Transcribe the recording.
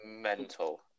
Mental